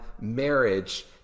marriage